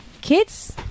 Kids